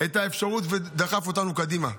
את האפשרות ודחף אותנו קדימה.